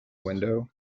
window